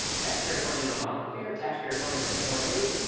taxpayer funding in obamacare, taxpayer funding with foreign aid.